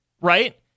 right